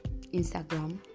instagram